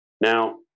now